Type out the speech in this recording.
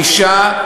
מגישה,